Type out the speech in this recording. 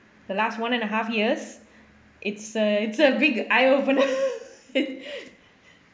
the last one and a half years it's a it's a big eye open